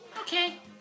Okay